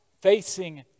facing